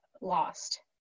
lost